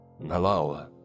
Hello